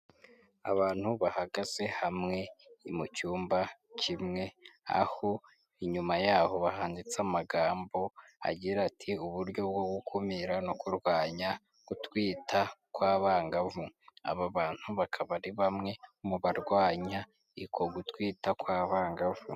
Abantu bahagaze hamwe mu cyumba kimwe, aho inyuma y'aho handitse amagambo agira ati: Uburyo bwo gukumira no kurwanya gutwita kw'abangavu. Aba bantu bakaba ari bamwe mu barwanya uko gutwita kw'abangavu.